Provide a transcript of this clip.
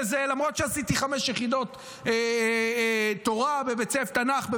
למרות שעשיתי חמש יחידות תנ"ך בבית הספר.